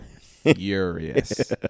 furious